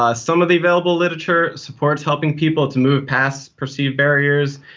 ah some of the available literature supports helping people to move past perceived barriers,